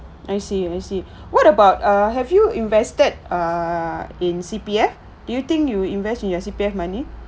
I see I see what about err have you invested err in C_P_F do you think you invest with your C_P_F money